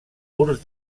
murs